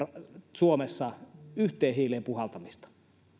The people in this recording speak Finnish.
suomessa yhteen hiileen puhaltamista